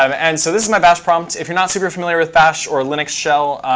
um and so this is my bash prompt. if you're not super familiar with bash or linux shell,